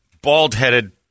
bald-headed